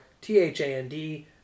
T-H-A-N-D